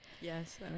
Yes